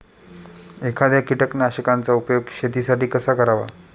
एखाद्या कीटकनाशकांचा उपयोग शेतीसाठी कसा करावा?